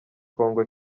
congo